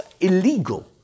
illegal